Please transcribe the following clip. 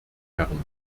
herren